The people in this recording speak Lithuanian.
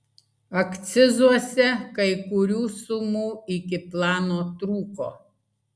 akcizuose kai kurių sumų iki plano trūko